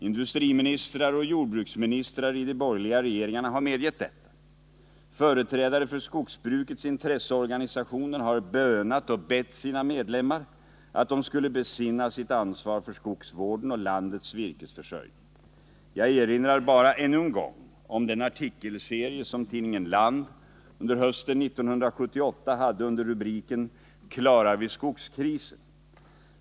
Industriministrar och jordbruksministrar i de borgerliga regeringarna har medgett detta. Företrädare för skogsbrukets intresseorganisationer har bönat och bett sina medlemmar att de skulle besinna sitt ansvar för skogsvården och landets virkesförsörjning. Jag erinrar bara ännu en gång om den artikelserie som tidningen Land under hösten 1978 hade under rubriken Klarar vi skogskrisen.